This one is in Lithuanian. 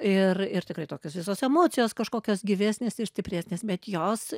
ir ir tikrai tokios visos emocijos kažkokios gyvesnės ir stipresnės bet jos